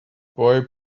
boy